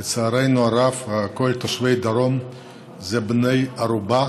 לצערנו הרב, כל תושבי הדרום הם בני ערובה